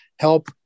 help